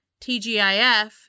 TGIF